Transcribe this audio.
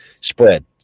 spread